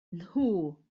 nhw